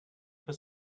for